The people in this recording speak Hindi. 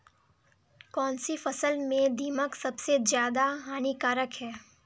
कौनसी फसल में दीमक सबसे ज्यादा हानिकारक है?